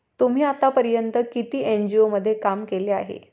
तुम्ही आतापर्यंत किती एन.जी.ओ मध्ये काम केले आहे?